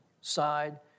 side